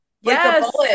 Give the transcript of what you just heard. yes